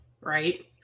Right